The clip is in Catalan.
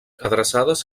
adreçades